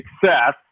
success